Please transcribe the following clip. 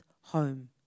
home